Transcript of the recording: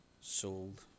sold